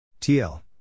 TL